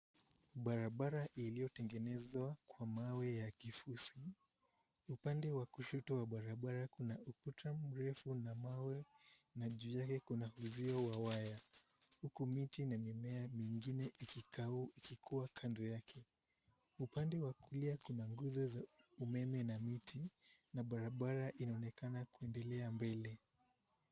Barabara iliyotengenezwa kwa mawe ya kifusi. Upande wa kushoto wa barabara kuna ukuta mrefu na mawe juu yake kuna uzio wa waya huku miti na mimea mingine ikikua kando yake. Upande wa kulia kuna nguzo za umeme na miti na barabara inaonekana kuendelea mbele.